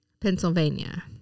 pennsylvania